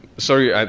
sorry,